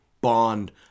bond